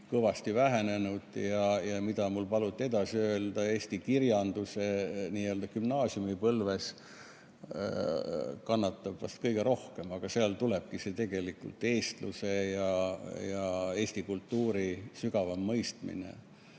kõvasti vähenenud. Mul paluti edasi öelda, et eesti kirjandus n‑ö gümnaasiumipõlves kannatab vast kõige rohkem, aga seal tulebki tegelikult eestluse ja eesti kultuuri sügavam mõistmine.